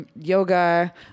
yoga